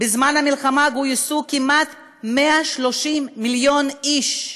בזמן המלחמה גויסו כמעט 130 מיליון איש,